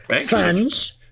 fans